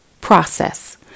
process